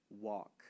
Walk